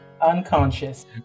unconscious